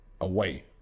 away